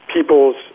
people's